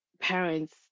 parents